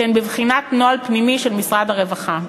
שהוא בבחינת נוהל פנימי של משרד הרווחה.